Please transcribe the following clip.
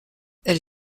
elle